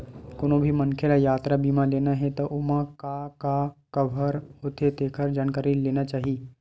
कोनो भी मनखे ल यातरा बीमा लेना हे त ओमा का का कभर होथे तेखर जानकारी ले लेना चाही